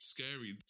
Scary